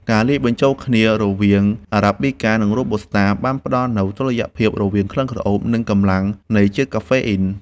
ការលាយបញ្ចូលគ្នារវាងអារ៉ាប៊ីកា និងរ៉ូប៊ូស្តា បានផ្ដល់នូវតុល្យភាពរវាងក្លិនក្រអូប និងកម្លាំងនៃជាតិកាហ្វេអ៊ីន។